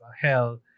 hell